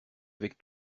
avec